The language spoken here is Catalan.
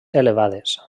elevades